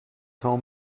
home